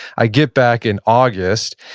i get back in august,